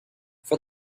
for